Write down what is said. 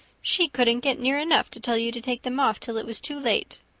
she couldn't get near enough to tell you to take them off till it was too late.